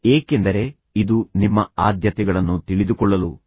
ಏಕೆಂದರೆ ಇದು ನಿಮ್ಮ ಆದ್ಯತೆಗಳನ್ನು ತಿಳಿದುಕೊಳ್ಳಲು ಹೊಂದಿಸಲು ನಿಮಗೆ ಸಹಾಯ ಮಾಡುತ್ತದೆ